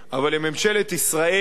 אבל לממשלת ישראל,